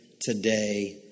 today